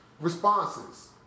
responses